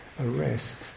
arrest